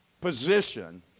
position